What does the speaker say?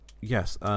yes